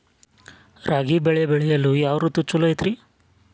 ರಾಗಿ ಬೆಳೆ ಬೆಳೆಯಲು ಯಾವ ಋತು ಛಲೋ ಐತ್ರಿ?